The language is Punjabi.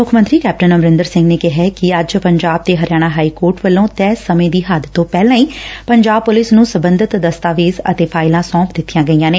ਮੁੱਖ ਮੰਤਰੀ ਕੈਪਟਨ ਅਮਰਿੰਦਰ ਸਿੰਘ ਨੇ ਕਿਹੈ ਕਿ ਅੱਜ ਪੰਜਾਬ ਤੇ ਹਰਿਆਣਾ ਹਾਈਕੋਰਟ ਵੱਲੋਂ ਤੈਅ ਸਮੇਂ ਦੀ ਹੱਦ ਤੋਂ ਪਹਿਲਾਂ ਹੀ ਪੰਜਾਬ ਪੁਲਿਸ ਨੂੰ ਸਬੰਧਤ ਦਸਤਾਵੇਜ਼ ਅਤੇ ਫਾਈਲਾਂ ਸੌਪ ਦਿੱਤੀਆਂ ਗਈਆਂ ਨੇ